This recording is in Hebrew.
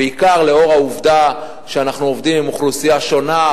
בעיקר לאור העובדה שאנחנו עובדים עם אוכלוסייה שונה,